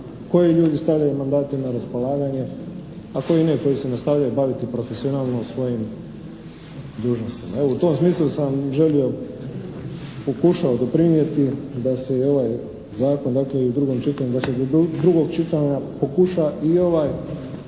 koji ljudi stavljaju mandate na raspolaganje, a koji ne, koji se nastavljaju baviti profesionalno svojim dužnostima. Evo u tom smislu sam želio, pokušao doprinijeti da se i ovaj zakon dakle i u drugom čitanju dakle do drugog čitanja pokuša i ovaj